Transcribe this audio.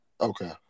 Okay